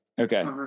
okay